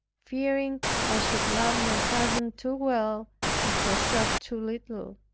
fearing i should love my cousin too well and herself too little.